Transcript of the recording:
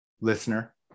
listener